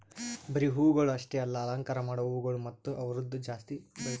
ಬರೀ ಹೂವುಗೊಳ್ ಅಷ್ಟೆ ಅಲ್ಲಾ ಅಲಂಕಾರ ಮಾಡೋ ಹೂಗೊಳ್ ಮತ್ತ ಅವ್ದುರದ್ ಜಾತಿ ಬೆಳಸದ್